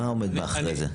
מה עומד מאחורי זה?